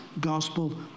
gospel